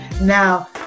Now